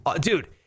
Dude